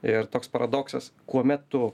ir toks paradoksas kuomet tu